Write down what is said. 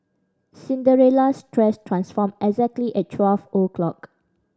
Cinderella's dress transformed exactly at twelve o'clock